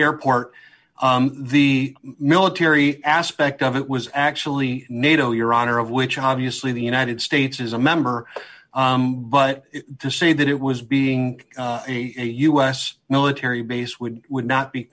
airport the military aspect of it was actually nato your honor of which obviously the united states is a member but to say that it was being a us military base would would not be